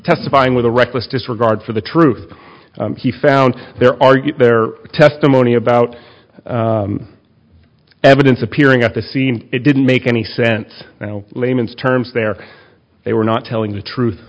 testifying with a reckless disregard for the truth he found their argue their testimony about evidence appearing at the scene it didn't make any sense layman's terms there they were not telling the truth